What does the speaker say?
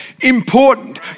important